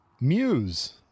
muse